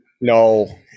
No